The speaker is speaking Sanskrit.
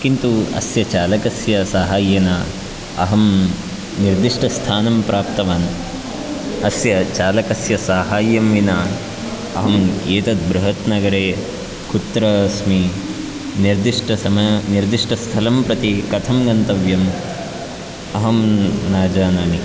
किन्तु अस्य चालकस्य साहाय्येन अहं निर्दिष्टस्थानं प्राप्तवान् अस्य चालकस्य साहाय्यं विना अहं एतद् बृहत्नगरे कुत्र अस्मि निर्दिष्टसम निर्दिष्टस्थलं प्रति कथं गन्तव्यम् अहं न जानामि